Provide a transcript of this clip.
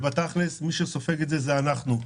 ובתכל'ס מי שסופג את זה זה אנחנו.